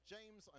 James